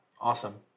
Awesome